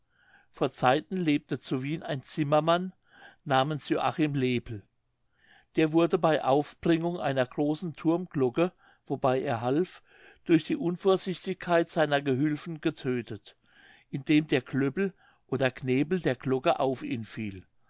vor zeiten lebte zu wien ein zimmermann namens joachim lepel der wurde bei aufbringung einer großen thurmglocke wobei er half durch die unvorsichtigkeit seiner gehülfen getödtet indem der klöppel oder knepel der glocke auf ihn fiel